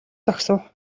зогсов